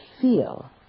feel